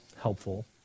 helpful